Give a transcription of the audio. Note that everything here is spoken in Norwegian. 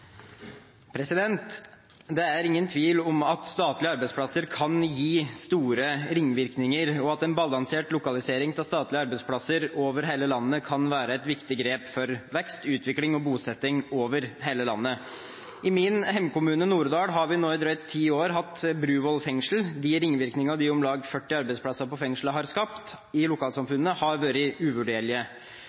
Distrikts-Norge. Det er ingen tvil om at statlige arbeidsplasser kan gi store ringvirkninger, og at en balansert lokalisering av statlige arbeidsplasser over hele landet kan være et viktig grep for vekst, utvikling og bosetting over hele landet. I min hjemkommune, Nord-Odal, har vi nå i drøyt ti år hatt Bruvoll fengsel. De ringvirkningene de om lag 40 arbeidsplassene på fengslet har skapt i lokalsamfunnet, har vært uvurderlige.